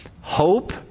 Hope